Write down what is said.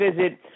visit